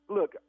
Look